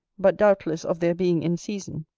but doubtless of their being in season